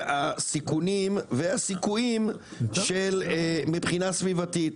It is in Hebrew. הסיכונים והסיכויים מבחינה סביבתית.